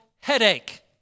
headache